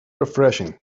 refreshing